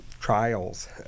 trials